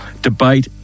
debate